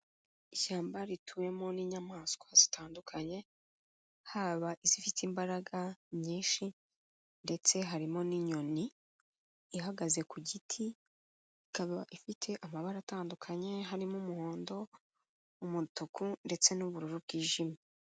Ishyamba rituwemo n'inyamaswa zitandukanye, haba izifite imbaraga nyinshi ndetse harimo n'inyoni ihagaze ku giti, ikaba ifite amabara atandukanye harimo umuhondo umutuku ndetse n'ubururu bwijimye.